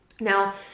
Now